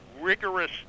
rigorous